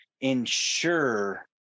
ensure